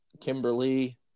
Kimberly